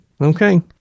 okay